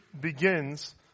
begins